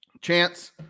Chance